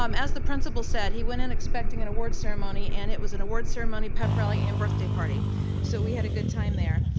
um as the principal said he went in expecting an award ceremony and it was an award ceremony, pep rally, an birthday party so we had a good time there.